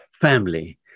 family